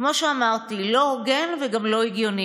כמו שאמרתי, לא הוגן וגם לא הגיוני.